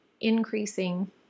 increasing